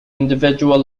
individual